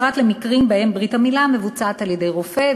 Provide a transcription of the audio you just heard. פרט למקרים שבהם ברית המילה מבוצעת על-ידי רופא,